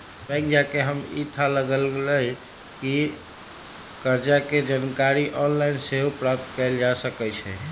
bank जा कऽ हमरा इ थाह लागल कि कर्जा के जानकारी ऑनलाइन सेहो प्राप्त कएल जा सकै छै